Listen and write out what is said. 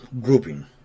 grouping